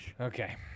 Okay